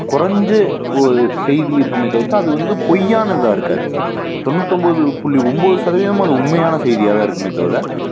குறைஞ்சு செய்தி இருக்குமே தவிர்த்து அது வந்து பொய்யானதாக இருக்காது தொண்ணூத்தொன்போது புள்ளி ஒன்போது சதவீதம் அது உண்மையான செய்தியாக தான் இருக்குமே தவிர